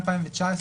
מ-2019,